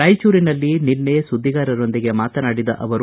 ರಾಯಚೂರಿನಲ್ಲಿ ನಿನ್ನೆ ಸುದ್ದಿಗಾರರೊಂದಿಗೆ ಮಾತನಾಡಿದ ಅವರು